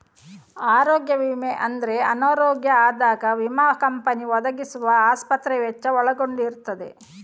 ಆರೋಗ್ಯ ವಿಮೆ ಅಂದ್ರೆ ಅನಾರೋಗ್ಯ ಆದಾಗ ವಿಮಾ ಕಂಪನಿ ಒದಗಿಸುವ ಆಸ್ಪತ್ರೆ ವೆಚ್ಚ ಒಳಗೊಂಡಿರ್ತದೆ